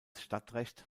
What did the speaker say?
stadtrecht